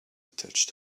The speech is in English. touched